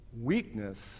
Weakness